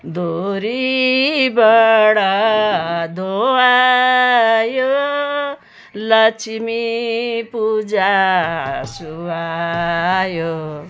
धुरीबाट धुवा आयो लक्ष्मीपूजा सुहायो